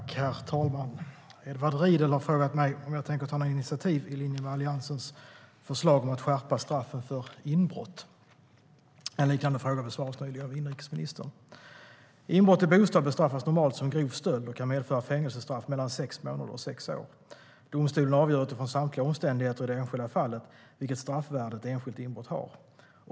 Herr talman! Edward Riedl har frågat mig om jag tänker ta några initiativ i linje med Alliansens förslag om att skärpa straffen för inbrott. Inbrott i bostad bestraffas normalt som grov stöld och kan medföra fängelsestraff på mellan sex månader och sex år. Domstolen avgör utifrån samtliga omständigheter i det enskilda fallet vilket straffvärde ett enskilt inbrott har.